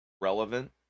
Relevant